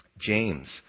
James